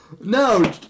No